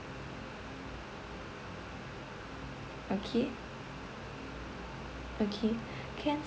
okay okay can